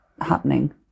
happening